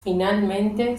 finalmente